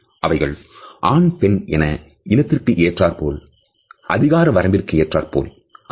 அவைகள் ஆண் பெண் என இனத்திற்கு ஏற்றாற்போல் அதிகார வரம்பிற்கு ஏற்றாற்போல் அமையும்